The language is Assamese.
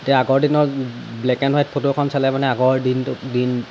এতিয়া আগৰ দিনত ব্লেক এণ্ড হোৱাইট ফটো এখন চালে মানে আগৰ দিনটো দিন